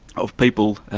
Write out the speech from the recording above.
of people,